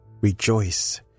Rejoice